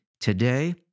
Today